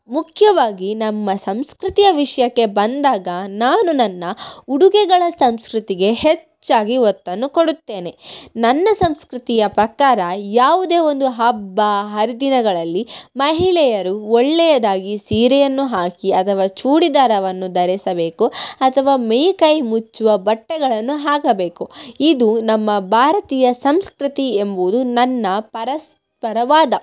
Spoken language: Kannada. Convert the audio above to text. ಮುಖ್ಯವಾಗಿ ನಮ್ಮ ಸಂಸ್ಕೃತಿಯ ವಿಷಯಕ್ಕೆ ಬಂದಾಗ ನಾನು ನನ್ನ ಉಡುಗೆಗಳ ಸಂಸ್ಕೃತಿಗೆ ಹೆಚ್ಚಾಗಿ ಒತ್ತನ್ನು ಕೊಡುತ್ತೇನೆ ನನ್ನ ಸಂಸ್ಕೃತಿಯ ಪ್ರಕಾರ ಯಾವುದೇ ಒಂದು ಹಬ್ಬ ಹರಿದಿನಗಳಲ್ಲಿ ಮಹಿಳೆಯರು ಒಳ್ಳೆಯದಾಗಿ ಸೀರೆಯನ್ನು ಹಾಕಿ ಅಥವಾ ಚೂಡಿದಾರವನ್ನು ಧರಿಸಬೇಕು ಅಥವಾ ಮೈಕೈ ಮುಚ್ಚುವ ಬಟ್ಟೆಗಳನ್ನು ಹಾಕಬೇಕು ಇದು ನಮ್ಮ ಭಾರತೀಯ ಸಂಸ್ಕೃತಿ ಎಂಬುದು ನನ್ನ ಪರಸ್ಪರ ವಾದ